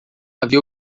havia